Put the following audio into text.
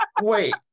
Wait